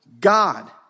God